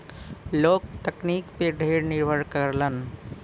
लोग तकनीकी पे ढेर निर्भर करलन